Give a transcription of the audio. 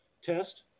test